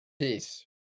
Peace